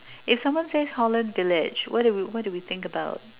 if someone says holland village what do what do we think about